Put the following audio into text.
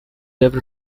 every